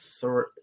three